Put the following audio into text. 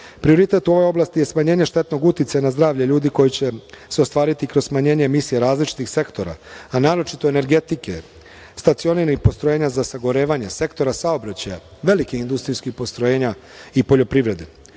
Prioritet u ovoj oblasti je smanjenje štetnog uticaja na zdravlje ljudi koje će se ostvariti kroz smanjenje emisije različitih sektora, a naročito energetike, stacioniranih postrojenja sagorevanja, sektora saobraćaja, velikih industrijskih postrojenja i poljoprivrede.